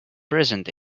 present